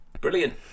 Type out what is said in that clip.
Brilliant